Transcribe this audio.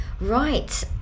Right